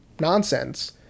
nonsense